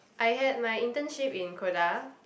I had my internship in Koda